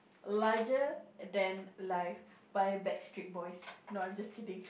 larger than life by Backstreet Boys no I'm just kidding